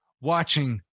watching